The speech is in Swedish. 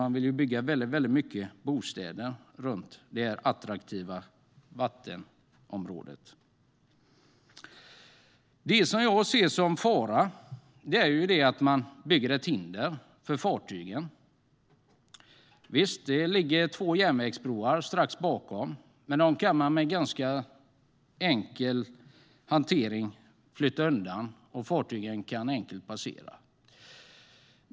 Man vill ju bygga många bostäder runt detta attraktiva vattenområde. Det som jag ser som en fara är att man bygger ett hinder för fartygen. Det finns två järnvägsbroar strax bakom denna bro. Men dem kan man med en ganska enkel hantering flytta undan, så att fartygen enkelt kan passera.